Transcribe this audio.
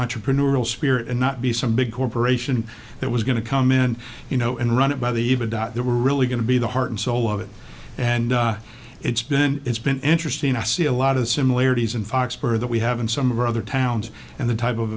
entrepreneurial spirit and not be some big corporation that was going to come in you know and run it by the even doubt that we're really going to be the heart and soul of it and it's been it's been interesting to see a lot of similarities in foxborough that we have in some of our other towns and the type of